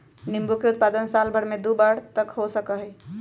नींबू के उत्पादन साल भर में दु बार तक हो सका हई